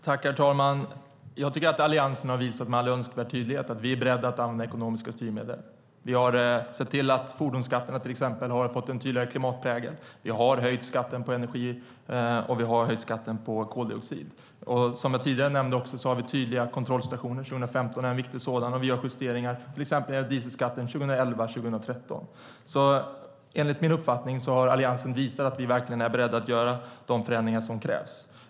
Herr talman! Vi i Alliansen har med all önskvärd tydlighet visat att vi är beredda att använda ekonomiska styrmedel. Vi har sett till att fordonsskatterna har fått en tydligare klimatprägel. Vi har höjt skatten på energi och på koldioxid. Som jag tidigare nämnde har vi också tydliga kontrollstationer. År 2015 är en viktig sådan, och vi gör justeringar när det gäller till exempel dieselskatten 2011 och 2013. Enligt min uppfattning har vi i Alliansen alltså visat att vi är beredda att göra de förändringar som krävs.